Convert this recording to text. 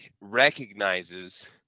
recognizes